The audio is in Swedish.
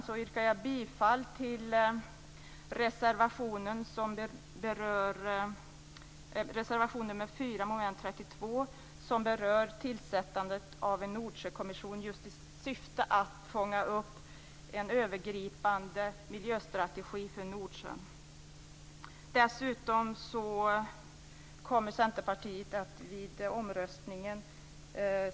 Därför yrkar jag bifall till reservation Dessutom kommer vi i Centerpartiet att ställa oss bakom reservation nr 3 vid omröstningen.